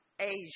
Asia